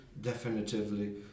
definitively